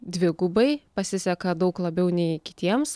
dvigubai pasiseka daug labiau nei kitiems